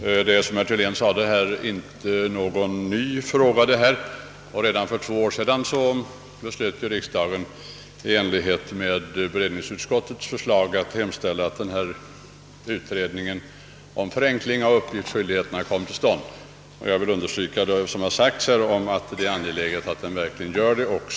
Herr talman! Som herr Thylén sade är detta inte någon ny fråga. Redan för två år sedan beslöt riksdagen i enlighet med beredningsutskottets förslag att hemställa, att en utredning om förenkling av uppgiftsskyldigheten kom till stånd. Jag vill understryka vad som har sagts här om angelägenheten av att den verkligen kommer till stånd.